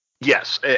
Yes